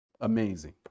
Amazing